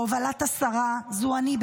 בהובלת השרה" זו אני,